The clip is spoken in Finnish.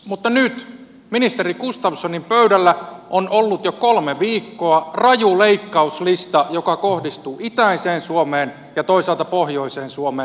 mutta nyt ministeri gustafssonin pöydällä on ollut jo kolme viikkoa raju leikkauslista joka kohdistuu itäiseen suomeen ja toisaalta pohjoiseen suomeen